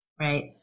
Right